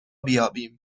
بیابیم